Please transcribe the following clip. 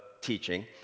teaching